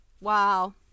wow